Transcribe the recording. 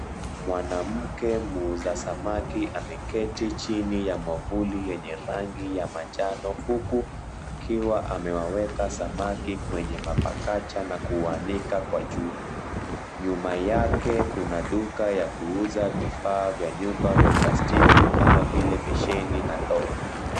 Mwanamke muuza samaki ameketi chini ya mwavuli yenye rangi ya manjano huku akiwa amewaweka samaki kwenye mapakacha na kuwaanika kwa jua. Nyuma yake kuna duka ya kuuza vifaa vya nyumba vya plastiki kama vile besheni na ndoo.